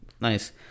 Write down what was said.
Nice